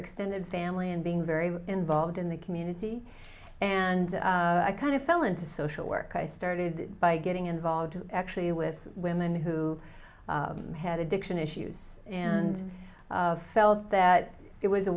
extended family and being very involved in the community and i kind of fell into social work i started by getting involved actually with women who had addiction issues and felt that it was a